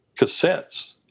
cassettes